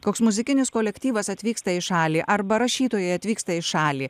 koks muzikinis kolektyvas atvyksta į šalį arba rašytojai atvyksta į šalį